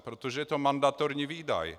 Protože je to mandatorní výdaj.